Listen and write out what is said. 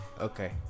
Okay